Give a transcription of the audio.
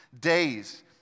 days